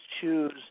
choose